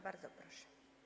Bardzo proszę.